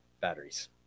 batteries